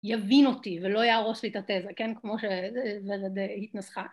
יבין אותי ולא יהרוס לי את התזה כמו שהתנסחה